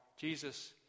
Jesus